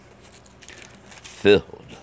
filled